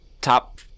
top